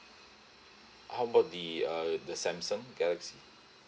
how about the uh the samsung galaxy